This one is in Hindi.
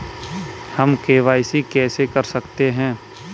हम के.वाई.सी कैसे कर सकते हैं?